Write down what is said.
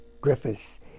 Griffiths